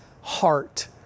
heart